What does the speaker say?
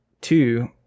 Two